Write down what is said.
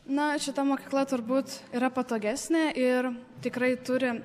na šita mokykla turbūt yra patogesnė ir tikrai turi